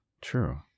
True